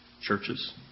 churches